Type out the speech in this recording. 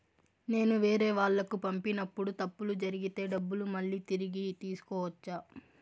నేను వేరేవాళ్లకు పంపినప్పుడు తప్పులు జరిగితే డబ్బులు మళ్ళీ తిరిగి తీసుకోవచ్చా?